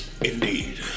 Indeed